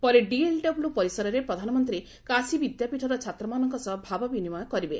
ପରେ ଡିଏଲ୍ଡବ୍ଲ୍ ପରିସରରେ ପ୍ରଧାନମନ୍ତ୍ରୀ କାଶୀ ବିଦ୍ୟାପୀଠର ଛାତ୍ରମାନଙ୍କ ସହ ଭାବ ବିନିମୟ କରିବେ